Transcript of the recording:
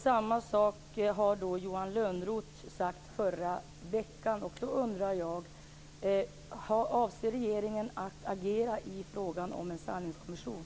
Samma sak har Johan Lönnroth sagt i förra veckan. Jag undrar då: Avser regeringen att agera i fråga om en sanningskommission?